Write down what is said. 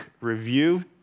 review